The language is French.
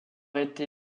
été